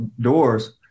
doors